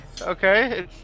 Okay